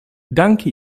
danke